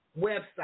website